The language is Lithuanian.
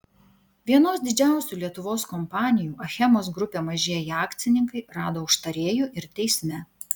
vienos didžiausių lietuvos kompanijų achemos grupė mažieji akcininkai rado užtarėjų ir teisme